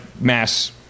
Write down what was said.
mass